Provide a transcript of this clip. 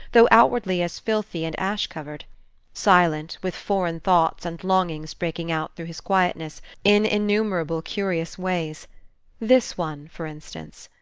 though outwardly as filthy and ash-covered silent, with foreign thoughts and longings breaking out through his quietness in innumerable curious ways this one, for instance.